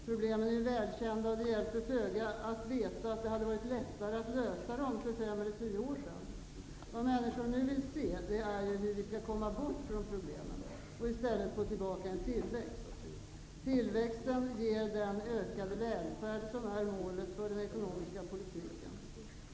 Problemen är välkända och det hjälper föga att veta att det hade varit lättare att lösa dem för fem eller tio år sedan. Vad människor nu vill se är hur vi skall komma bort från problemen och i stället få tillbaka en tillväxt. Tillväxten ger den ökade välfärd som är målet för den ekonomiska politiken.